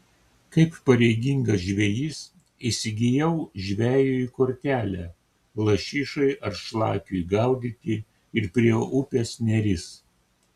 kaip pareigingas žvejys įsigijau žvejui kortelę lašišai ar šlakiui gaudyti ir prie upės neris